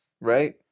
Right